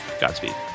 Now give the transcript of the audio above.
Godspeed